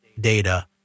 data